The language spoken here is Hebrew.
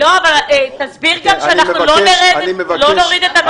תסביר גם שאנחנו לא נרד מזה.